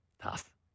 tough